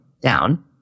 down